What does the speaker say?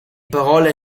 parole